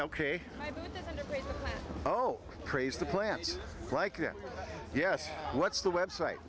k oh praise the plans like yes what's the website